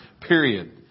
period